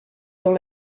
dans